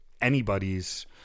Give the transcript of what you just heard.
anybody's